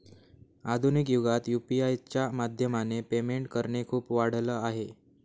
आधुनिक युगात यु.पी.आय च्या माध्यमाने पेमेंट करणे खूप वाढल आहे